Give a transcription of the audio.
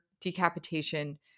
decapitation